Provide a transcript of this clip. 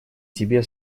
тебе